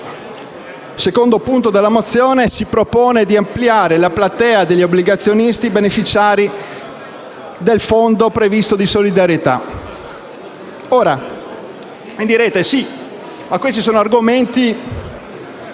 In secondo luogo, la mozione si propone di ampliare la platea degli obbligazionisti beneficiari del previsto fondo di solidarietà.